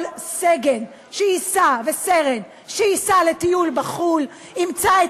כל סגן וסרן שייסע לטיול בחו"ל ימצא את